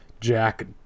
Jack